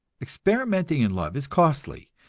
experimenting in love is costly,